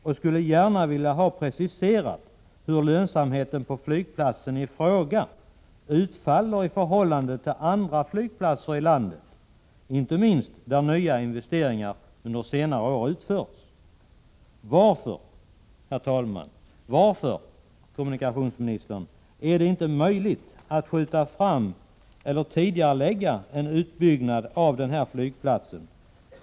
Jag skulle gärna vilja ha preciserat hur god lönsamheten på flygplatsen i fråga är i förhållande till andra flygplatser i landet, framför allt sådana där nyinvesteringar har gjorts under senare år? Varför är det inte möjligt att tidigarelägga en utbyggnad av Ängelholms/ Helsingborgs flygstation?